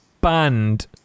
banned